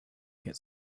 get